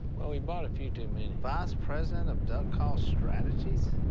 well, we bought a few too many. vice president of duck call strategies?